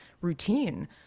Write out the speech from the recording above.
routine